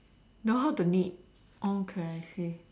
know how to knit okay I see